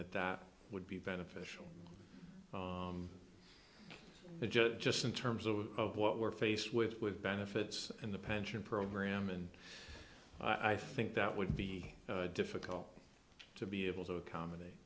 that that would be beneficial the judge just in terms of what we're faced with with benefits and the pension program and i think that would be difficult to be able to accommodate